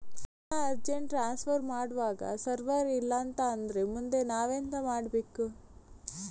ಹಣ urgent transfer ಮಾಡ್ವಾಗ server ಇಲ್ಲಾಂತ ಆದ್ರೆ ಮುಂದೆ ನಾವೆಂತ ಮಾಡ್ಬೇಕು?